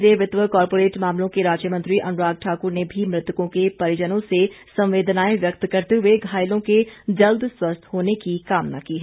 केन्द्रीय वित्त व कॉरपोरेट मामलों के राज्यमंत्री अनुराग ठाकुर ने भी मृतकों के परिजनों के प्रति संवेदनाएं व्यक्त करते हुए घायलों के जल्द स्वस्थ होने की कामना की है